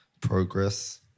progress